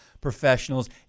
professionals